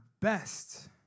best